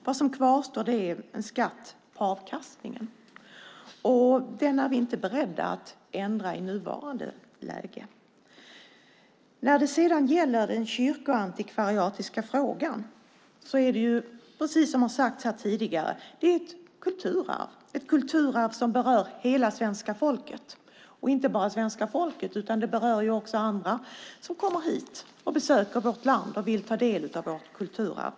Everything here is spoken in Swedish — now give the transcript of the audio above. Det som kvarstår är skatt på avkastningen, och den är vi för närvarande inte beredda att ändra. När det sedan gäller den kyrkoantikvariska frågan är det, som det sagts tidigare i debatten, ett kulturarv som berör hela svenska folket, och inte bara svenska folket utan också dem som kommer och besöker vårt land och vill ta del av vårt kulturarv.